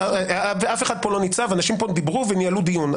אף אחד פה לא ניצב, אנשים דיברו וניהלו דיון.